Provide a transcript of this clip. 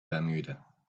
bermuda